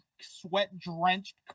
sweat-drenched